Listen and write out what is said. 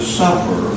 suffer